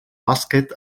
bàsquet